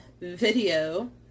video